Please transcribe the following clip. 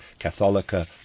catholica